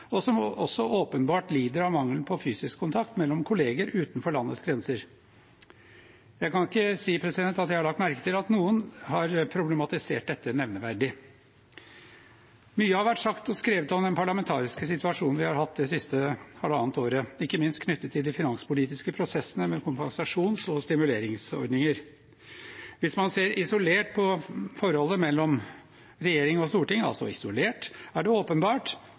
og som også åpenbart lider av mangelen på fysisk kontakt med kolleger utenfor landets grenser. Jeg kan ikke si at jeg har lagt merke til at noen har problematisert dette nevneverdig. Mye har vært sagt og skrevet om den parlamentariske situasjonen vi har hatt det siste halvannet året, ikke minst knyttet til de finanspolitiske prosessene ved kompensasjons- og stimuleringsordninger. Hvis man ser isolert på forholdet mellom regjering og storting – altså isolert – er det åpenbart